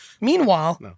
meanwhile